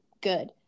good